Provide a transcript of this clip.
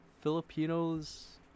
Filipinos